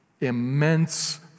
Immense